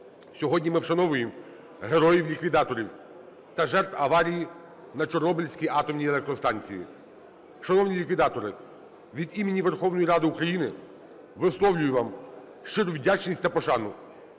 Сьогодні ми вшановуємо героїв-ліквідаторів та жертв аварії на Чорнобильській атомній електростанції. Шановні ліквідатори, від імені Верховної Ради України висловлюю вам щиру вдячність та пошану